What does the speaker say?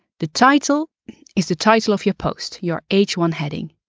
the title is the title of your post your h one heading.